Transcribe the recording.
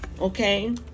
Okay